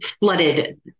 flooded